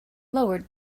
lowered